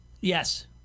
Yes